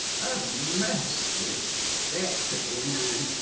a most respectable man!